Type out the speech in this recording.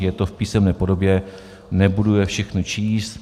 Je to v písemné podobě, nebudu je všechny číst.